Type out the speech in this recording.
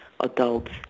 adults